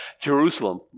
Jerusalem